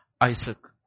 Isaac